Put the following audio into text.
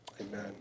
amen